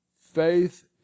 faith